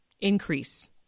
increase